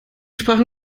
sprachen